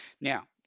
Now